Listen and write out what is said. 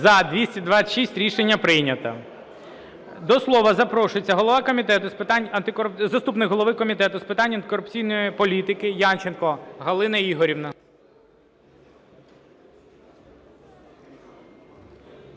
За-226 Рішення прийнято. До слова запрошується заступник голови Комітету з питань антикорупційної політики Янченко Галина Ігорівна.